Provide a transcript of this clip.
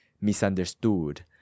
misunderstood